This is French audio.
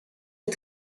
est